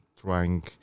trying